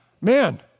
man